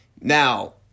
Now